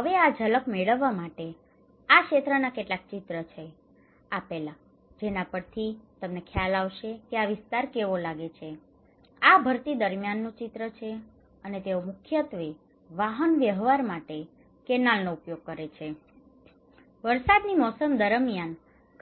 હવે આ ઝલક મેળવવા માટે આ ક્ષેત્રના કેટલાક ચિત્રો છે આપેલા જેના પરથી તમને ખ્યાલ આવશે કે આ વિસ્તાર કેવો લાગે છે આ ભરતી દરમિયાનનું ચિત્ર છે અને તેઓ મુખ્યત્વે વાહન વ્યવહાર માટે કેનાલનો ઉપયોગ કરે છે વરસાદની મોસમ દરમિયાન